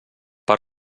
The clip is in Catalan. per